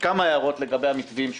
כמה הערות לגבי המתווים שהוצגו.